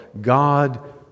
God